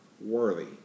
worthy